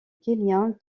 kenya